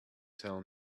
tell